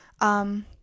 Um-